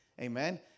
Amen